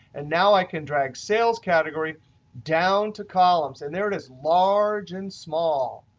and now i can drag sales category down to columns. and there it is, large and small.